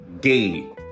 gay